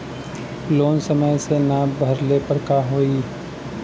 Loan समय से ना भरले पर का होयी?